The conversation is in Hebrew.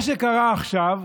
מה שקרה עכשיו,